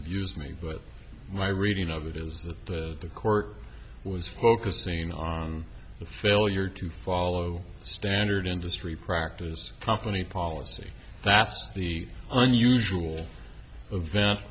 disabuse me but my reading of it is that the court was focusing on the failure to follow standard industry practice company policy that's the unusual event